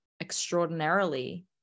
extraordinarily